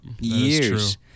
years